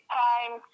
time